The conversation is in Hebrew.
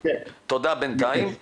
בינתיים תודה.